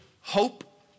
Hope